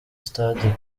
stade